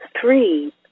Three